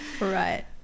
Right